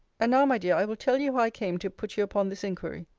and now, my dear, i will tell you how i came to put you upon this inquiry.